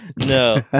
No